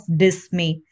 dismay